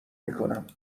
میکنم